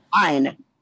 fine